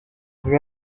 rue